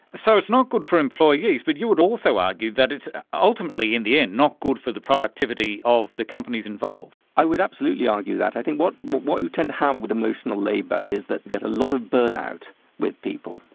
so it's not good for employees, but you would also argue that it's ultimately in the end not good for the productivity of the companies involved. i would absolutely argue that. i think what what you tend to have with emotional labour is that you get a lot of burnout with people.